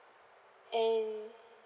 and